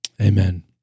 amen